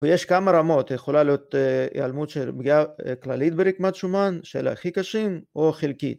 ‫ויש כמה רמות, יכולה להיות ‫היעלמות של פגיעה כללית ברקמת שומן, ‫של הכי קשים, או חלקית.